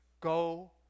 Go